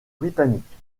britannique